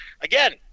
Again